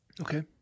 Okay